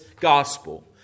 gospel